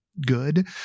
good